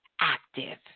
active